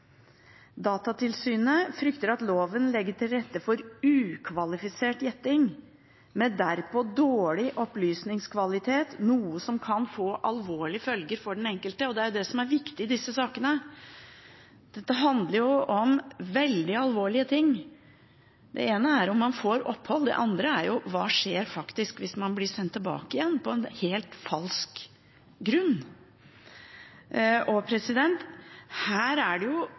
Datatilsynet «frykter at loven legger til rette for ukvalifisert gjetning, med derpå dårlig opplysningskvalitet, noe som kan få alvorlige følger for den enkelte», og det er jo det som er viktig i disse sakene. Dette handler jo om veldig alvorlige ting. Det ene er om man får opphold. Det andre er hva som skjer hvis man blir sendt tilbake igjen på et helt falskt grunnlag. Her gir man nesten en slags angiverplikt til folk som har svært ulike kvalifikasjoner og